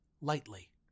lightly